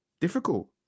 difficult